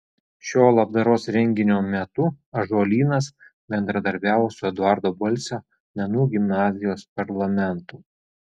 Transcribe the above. šio labdaros renginio metu ąžuolynas bendradarbiavo su eduardo balsio menų gimnazijos parlamentu